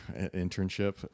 internship